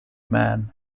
man